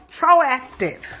proactive